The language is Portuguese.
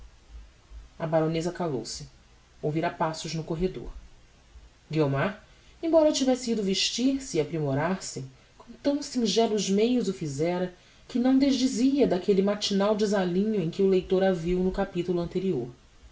a baroneza calou-se ouvira passos no corredor guiomar embora tivesse ido vestir-se e aprimorar se com tão singellos meios o fizera que não desdizia daquelle matinal desalinho em que o leitor a viu no capitulo anterior